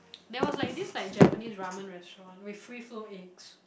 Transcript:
there was like this like Japanese ramen restaurant with free flow eggs